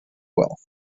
wealth